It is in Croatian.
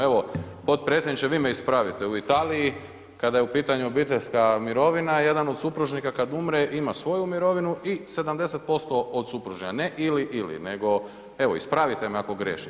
Evo potpredsjedniče vi me ispravite, u Italiji kada je u pitanju obiteljska mirovina jedan od supružnika kad umre ima svoju mirovinu i 70% od supružnika, ne ili, ili nego evo ispravite me ako griješim.